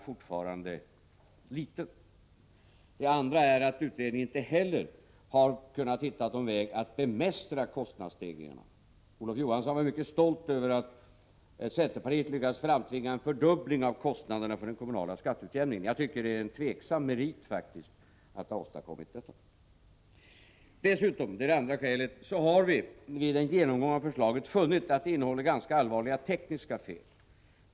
Vidare har utredningen på området inte heller kunnat hitta någon väg att bemästra kostnadsstegringarna. Olof Johansson var mycket stolt över att centerpartiet lyckats framtvinga en fördubbling av kostnaderna för den kommunala skatteutjämningen. Det är faktiskt en tveksam merit att ha åstadkommit detta. Det andra skälet är att vi vid en genomgång av förslaget har funnit att det innehåller ganska allvarliga tekniska fel.